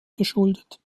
geschuldet